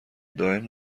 دائم